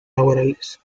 laborales